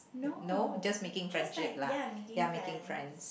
no just making friendship lah ya making friends